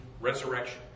resurrection